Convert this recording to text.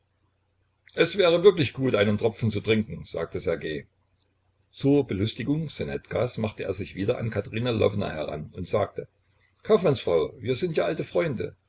es wäre wirklich gut einen tropfen zu trinken sagte ssergej zur belustigung ssonetkas machte er sich wieder an katerina lwowna heran und sagte kaufmannsfrau wir sind ja alte freunde